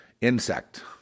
Insect